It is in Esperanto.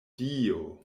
dio